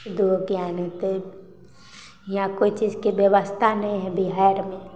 दूगो ज्ञान हेतय हियाँ कोइ चीजके व्यवस्था नहि हइ बिहारमे